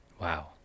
Wow